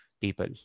people